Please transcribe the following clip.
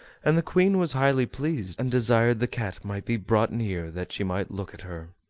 and the queen was highly pleased, and desired the cat might be brought near that she might look at her.